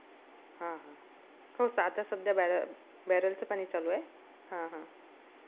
हां हां हो स आता सध्या बॅर बॅरलचं पाणी चालू आहे हां हां